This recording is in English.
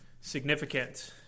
significant